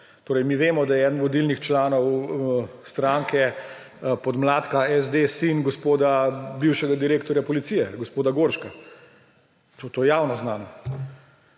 otroke. Mi vemo, da je eden vodilnih članov stranke podmladka SD sin gospoda bivšega direktorja policije gospoda Gorška. To je javno znano.